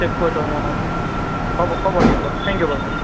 save কৰি থ'ম অঁ হ'ব হ'ব দিয়ক থ্যেংক ইউ বাৰু